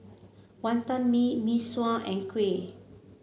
Wantan Mee Mee Sua and kuih